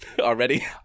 already